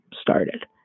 started